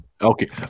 Okay